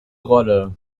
rolle